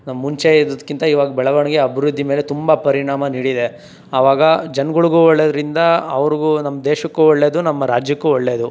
ಮುಂಚೆ ಇದ್ದಿದ್ಕಿಂತ ಇವಾಗ ಬೆಳವಣಿಗೆ ಅಭಿವೃದ್ಧಿ ಮೇಲೆ ತುಂಬ ಪರಿಣಾಮ ನೀಡಿದೆ ಆವಾಗ ಜನಗಳಿಗೂ ಒಳ್ಳೇದು ಇದರಿಂದ ಅವ್ರಿಗೂ ನಮ್ಮ ದೇಶಕ್ಕೂ ಒಳ್ಳೇದು ನಮ್ಮ ರಾಜ್ಯಕ್ಕೂ ಒಳ್ಳೇದು